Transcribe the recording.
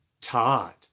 Todd